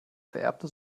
vererbte